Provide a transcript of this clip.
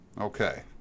Okay